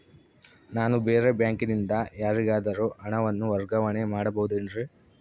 ನಾನು ಬೇರೆ ಬ್ಯಾಂಕಿನಿಂದ ಯಾರಿಗಾದರೂ ಹಣವನ್ನು ವರ್ಗಾವಣೆ ಮಾಡಬಹುದೇನ್ರಿ?